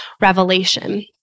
revelation